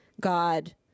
God